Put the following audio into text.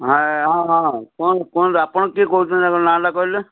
ହଁ ହଁ କୁହନ୍ତୁ ଆପଣ ଆପଣ କିଏ କହୁଛନ୍ତି ଆଗ ନାଁଟା କହିଲେ